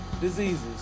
diseases